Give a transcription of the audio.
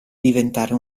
diventare